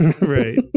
Right